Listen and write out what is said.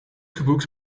geboekt